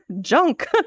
junk